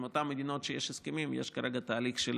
עם אותן מדינות שיש הסכמים, יש כרגע תהליך של